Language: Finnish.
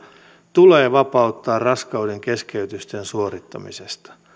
tulee vapauttaa raskaudenkeskeytysten suorittamisesta